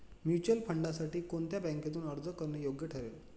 Mutual फंडांसाठी कोणत्या बँकेतून अर्ज करणे योग्य ठरेल?